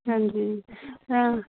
ਹਾਂਜੀ ਹਾਂ